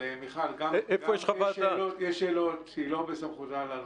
אבל יש שאלות שלא בסמכותה לענות.